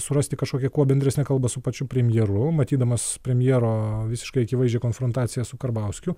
surasti kažkokią kuo bendresnę kalbą su pačiu premjeru matydamas premjero visiškai akivaizdžią konfrontaciją su karbauskiu